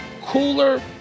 cooler